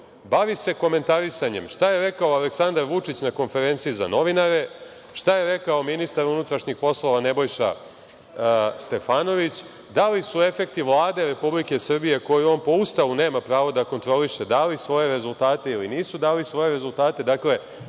bavi se komentarisanjem šta je rekao Aleksandar Vučić na konferenciji za novinare, šta je rekao ministar unutrašnjih poslova Nebojša Stefanović, da li su efekti Vlade Republike Srbije, koju on po Ustavu nema pravo da kontroliše, dali svoje rezultate ili nisu dali svoje rezultate. Dakle,